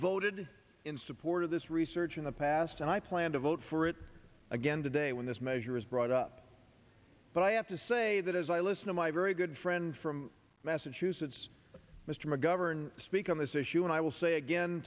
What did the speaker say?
voted in support of this research in the past and i plan to vote for it again today when this measure is brought up but i have to say that as i listen i'm a very good friend from massachusetts mr mcgovern speak on this issue and i will say again